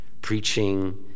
preaching